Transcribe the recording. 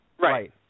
Right